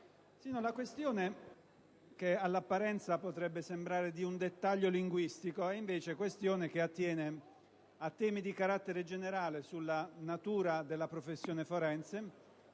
la questione, che all'apparenza potrebbe sembrare di un dettaglio linguistico, è invece questione che attiene a temi di carattere generale sulla natura della professione forense